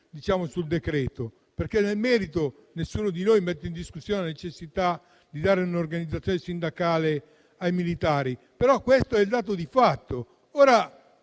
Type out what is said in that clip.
dalla votazione, perché nel merito nessuno di noi mette in discussione la necessità di dare un'organizzazione sindacale ai militari, però questo è il dato di fatto.